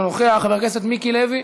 אינו נוכח, חבר הכנסת מיקי לוי,